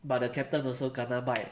but the captain also kena bite